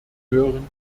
höheren